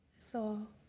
so,